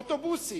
אוטובוסים.